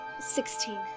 Sixteen